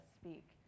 speak